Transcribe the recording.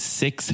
six